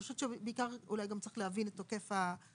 אני חושבת שבעיקר אולי גם צריך להבין את היקף התופעה,